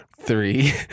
three